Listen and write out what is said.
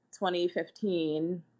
2015